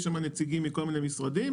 יש שם נציגים מכל מיני משרדים,